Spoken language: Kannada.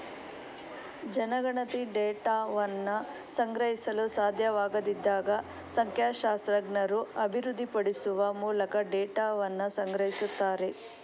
ಜನಗಣತಿ ಡೇಟಾವನ್ನ ಸಂಗ್ರಹಿಸಲು ಸಾಧ್ಯವಾಗದಿದ್ದಾಗ ಸಂಖ್ಯಾಶಾಸ್ತ್ರಜ್ಞರು ಅಭಿವೃದ್ಧಿಪಡಿಸುವ ಮೂಲಕ ಡೇಟಾವನ್ನ ಸಂಗ್ರಹಿಸುತ್ತಾರೆ